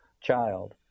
child